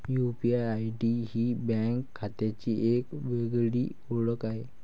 UPI ID ही bank खात्याची एक वेगळी ओळख आहे